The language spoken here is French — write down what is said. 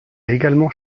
également